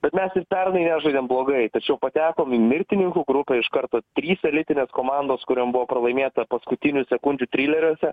bet mes ir pernai nežaidėm blogai tačiau patekom į mirtininkų grupę iš karto trys elitinės komandos kuriom buvo pralaimėta paskutinių sekundžių trileriuose